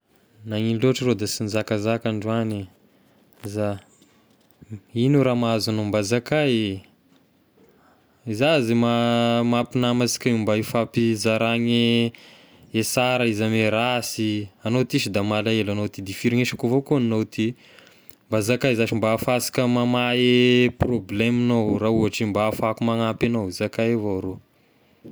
Nagnino loatra rô da sy nizakazaka androany? Za, igno raha mahazo agnao? Mba zakay eh, za zay ma- mahampinama ansika mba hifampiza gne sara izy ame rasy, agnao ty so da malahelo agnao, agnao ty de firegnesako avao koa agny agnao ty, mba zakay zashy mba ahafahasika mamahy problème-gnao raha ohatry mba ahafahako magnampy agnao, zakay avao rô.